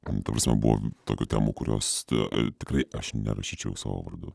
ten ta prasme buvo tokių temų kurios tikrai aš nerašyčiau savo vardu